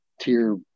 tier